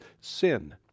sin